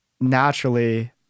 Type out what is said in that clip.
naturally